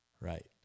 Right